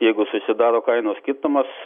jeigu susidaro kainų skirtumas